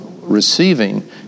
receiving